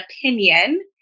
opinion